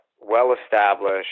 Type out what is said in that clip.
well-established